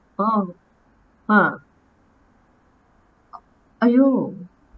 oh !huh! !aiyo!